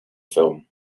film